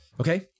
Okay